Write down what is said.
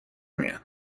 میاد